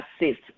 assist